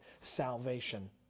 salvation